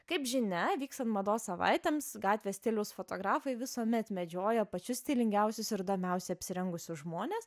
kaip žinia vykstant mados savaitėms gatvės stiliaus fotografai visuomet medžioja pačius stilingiausius ir įdomiausiai apsirengusius žmones